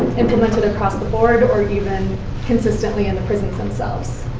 implemented across the board, or even consistently in the prisons, themselves.